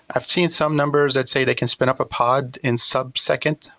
i've seen some numbers that say they can spin up a pod in sub seconds,